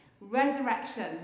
Resurrection